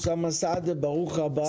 אוסאמה סעדי, ברוך הבא.